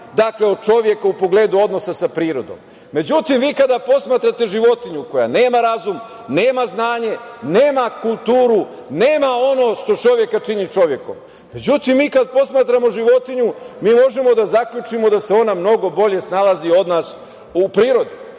razini od čoveka u pogledu odnosa sa prirodom.Međutim, vi kada posmatrate životinju koja nema razum, nema znanje, nema kulturu, nema ono što čoveka čini čovekom. Mi kada posmatramo životinju, mi možemo da zaključimo da se ona mnogo bolje snalazi od nas u prirodi.